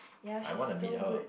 ya she's so good